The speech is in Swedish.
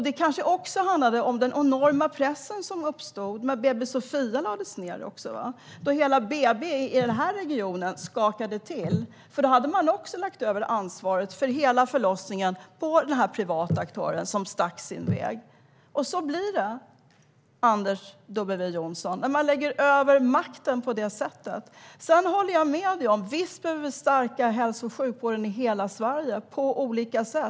Det kanske också handlade om den enorma press som uppstod när BB Sophia lades ned, då hela BB-verksamheten i den här regionen skakade till. Då hade man nämligen lagt över ansvaret för hela förlossningen på den privata aktören, som stack sin väg. Så blir det, Anders W Jonsson, när man lägger över makten på det sättet. Sedan håller jag med dig. Visst behöver vi stärka hälso och sjukvården i hela Sverige på olika sätt.